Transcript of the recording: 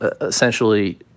essentially